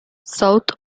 south